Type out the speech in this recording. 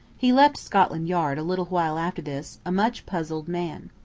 he left scotland yard a little while after this, a much puzzled man.